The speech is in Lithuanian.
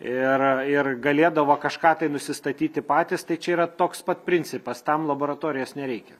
ir ir galėdavo kažką tai nusistatyti patys tai čia yra toks pat principas tam laboratorijos nereikia